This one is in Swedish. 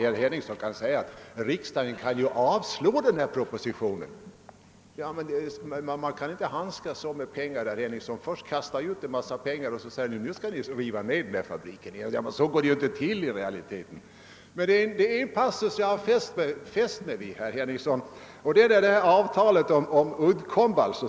Herr Henningsson kan säga att riksdagen kunde avslå propositionen, men man handskas inte så med pengar att man först ger ut pengar på en fabrik och sedan river ner fabriken. Så går det inte till i realiteten. Jag vill säga till herr Henningsson att jag har fäst mig vid en passus i avtalet om Uddcomb.